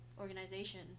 organization